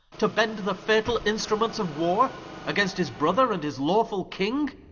to bend the fatall instruments of warre against his brother, and his lawfull king.